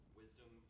wisdom